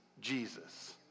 Jesus